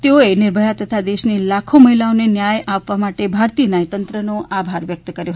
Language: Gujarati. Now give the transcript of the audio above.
તેઓએ નિર્ભયા તથા દેશની લાખો મહિલાઓને ન્યાય આપવા માટે ભારતીય ન્યાયતંત્રનો આભાર વ્યક્ત કર્યો